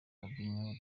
robinho